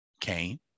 Cain